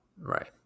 Right